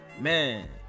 man